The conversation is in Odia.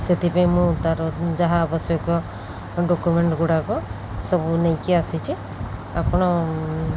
ସେଥିପାଇଁ ମୁଁ ତା'ର ଯାହା ଆବଶ୍ୟକ ଡକୁମେଣ୍ଟ୍ଗୁଡ଼ାକ ସବୁ ନେଇକି ଆସିଛି ଆପଣ